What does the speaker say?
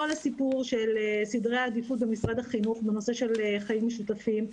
הסיפור של סדרי העדיפויות במשרד החינוך בנושא של חיים משותפים.